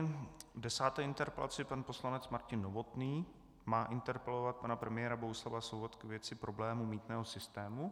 V desáté interpelaci pan poslanec Martin Novotný má interpelovat pana premiéra Bohuslava Sobotku ve věci problému mýtného systému.